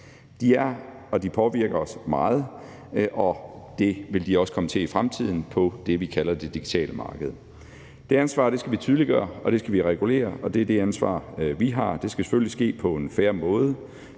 De påvirker os meget, og det vil de også komme til i fremtiden på det, vi kalder det digitale marked. Det ansvar skal vi tydeliggøre, og det skal vi regulere, og det er det ansvar, vi har. Det skal selvfølgelig ske på en fair måde